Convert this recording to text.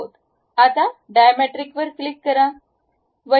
आता diametric click करा